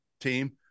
team